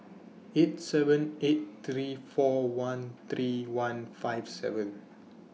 eight seven eight three four one three one five seven